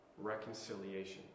reconciliation